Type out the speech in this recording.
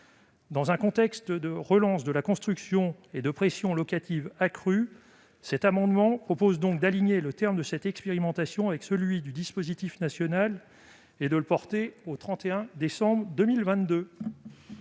Dans un contexte de relance de la construction et de pression locative accrue, nous proposons donc, par cet amendement, d'aligner le terme de cette expérimentation sur celui du dispositif national, donc de le porter au 31 décembre 2022.